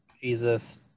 Jesus